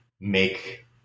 make